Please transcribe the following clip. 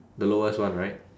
the lowest one right